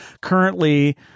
currently